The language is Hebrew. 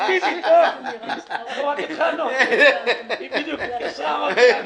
אורן חזן,